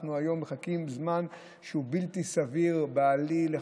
אנחנו מחכים היום זמן שהוא בלתי סביר בעליל.